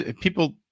people